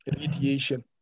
radiation